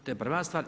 To je prva stvar.